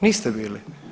Niste bili.